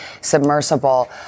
submersible